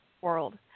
world